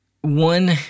one